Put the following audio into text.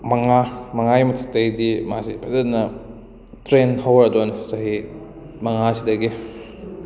ꯃꯉꯥ ꯃꯉꯥꯒꯤ ꯃꯊꯛꯇꯒꯤꯗꯤ ꯃꯥꯁꯤ ꯐꯖꯅ ꯇ꯭ꯔꯦꯟ ꯍꯧꯔꯗꯣꯏꯅꯤ ꯆꯍꯤ ꯃꯉꯥꯁꯤꯗꯒꯤ